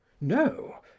no